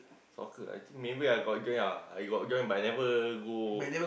soccer I think maybe I got join ah I got join but I never go